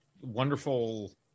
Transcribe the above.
Wonderful